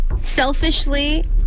Selfishly